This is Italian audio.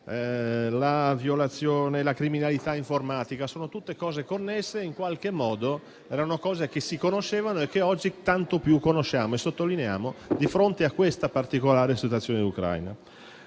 la violazione, la criminalità informatica sono tutte realtà connesse. In qualche modo, erano realtà che si conoscevano e che oggi tanto più conosciamo e sottolineiamo di fronte a questa particolare situazione in Ucraina.